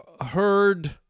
heard